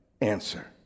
answer